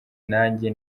nanjye